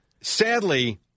Sadly